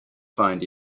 find